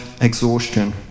exhaustion